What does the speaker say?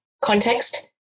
context